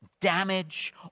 damage